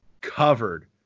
covered